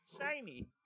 shiny